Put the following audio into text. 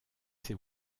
ses